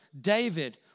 David